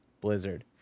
blizzard